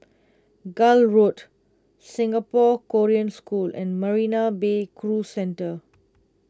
Gul Road Singapore Korean School and Marina Bay Cruise Centre